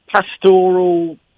pastoral